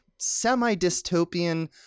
semi-dystopian